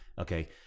Okay